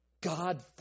God